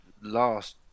last